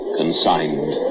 consigned